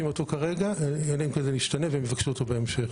אותו כרגע אלא אם זה ישתנה והם יבקשו אותו בהמשך.